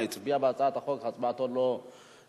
הצביע בהצעת החוק אך הצבעתו לא נקלטה.